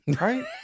Right